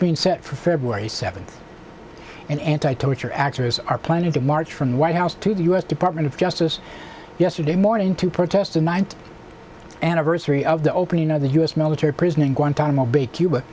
been set for february seventh and anti torture activists are planning to march from the white house to the u s department of justice yesterday morning to protest the ninth anniversary of the opening of the u s military prison in guantanamo bay cuba